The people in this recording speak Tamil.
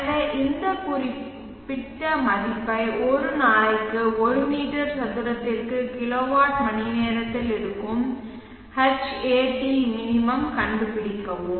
எனவே இந்த குறிப்பிட்ட மதிப்பை ஒரு நாளைக்கு ஒரு மீட்டர் சதுரத்திற்கு கிலோவாட் மணிநேரத்தில் இருக்கும் Hatmin கண்டுபிடிக்கவும்